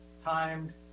timed